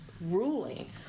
ruling